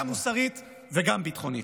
גם מוסרית וגם ביטחונית.